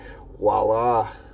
voila